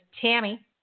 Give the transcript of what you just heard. Tammy